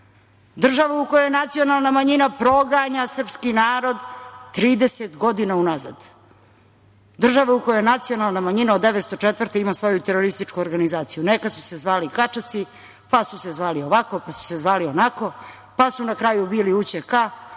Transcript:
države u koje nacionalna manjina proganja srpski narod 30 godina unazad, države u koju nacionalna manjina od 1904. godine ima svoju terorističku organizaciju. Nekad su se zvali kačaci, pa su se zvali ovako, pa su se zvali onako, pa su na kraju ubijali UČK-a,